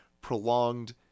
prolonged